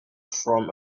from